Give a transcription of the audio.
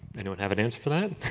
anyone have an answer for that?